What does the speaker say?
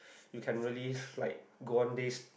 you can really like go one days